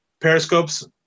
Periscope's